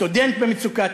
סטודנט במצוקה,